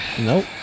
Nope